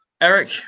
Eric